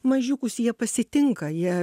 mažiukus jie pasitinka jie